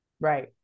Right